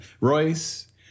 Royce